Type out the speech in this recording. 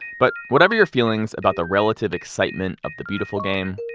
but whatever your feelings about the relative excitement of the beautiful game,